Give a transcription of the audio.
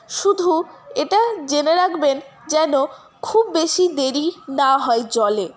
শুধু এটা জেনে রাখবেন যেন খুব বেশি দেরি না হয় জলে